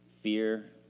fear